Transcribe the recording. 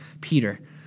Peter